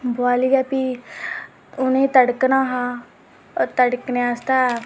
बोआलियै भी उ'नें गी तड़कना हा ते तड़कने आस्तै